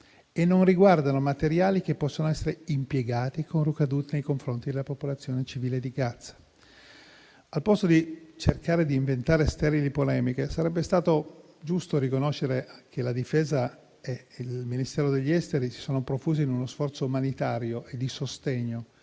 e non riguardano materiali che possano essere impiegati con ricadute nei confronti della popolazione civile di Gaza. Invece di cercare di inventare sterili polemiche, sarebbe stato giusto riconoscere che la Difesa e il Ministero degli affari esteri si sono profusi in uno sforzo umanitario e di sostegno